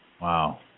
Wow